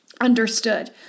understood